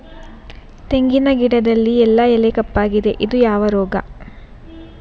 ತೆಂಗಿನ ಗಿಡದಲ್ಲಿ ಎಲೆ ಎಲ್ಲಾ ಕಪ್ಪಾಗಿದೆ ಇದು ಯಾವ ರೋಗ?